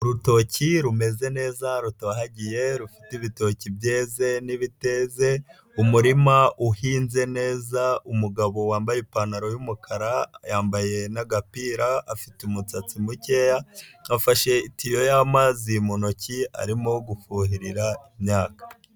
Urutoki rumeze neza rutohagiye rufite ibitoki byeze n'ibiteze, umurima uhinze neza, umugabo wambaye ipantaro y'umukara yambaye n'agapira, afite umusatsi mukeya afashe itiyo y'amazi mu ntoki arimo gufuhirira imyaka.